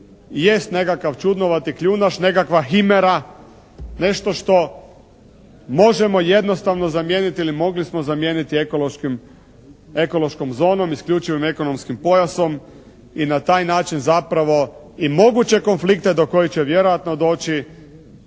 je jest nekakav čudnovati kljunaš, nekakva himera, nešto što možemo jednostavno zamijeniti ili mogli smo zamijeniti ekološkom zonom, isključivim ekonomskim pojasom i na taj način zapravo i moguće konflikte do kojih će vjerojatno doći